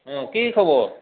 অঁ কি খবৰ